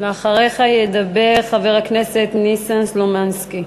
אחריך ידבר חבר הכנסת ניסן סלומינסקי.